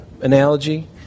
analogy